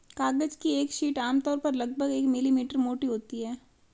कागज की एक शीट आमतौर पर लगभग एक मिलीमीटर मोटी होती है